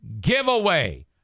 giveaway